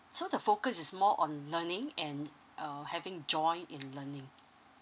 so the focus is more on learning and uh having joy in learning